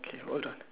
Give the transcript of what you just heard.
okay hold on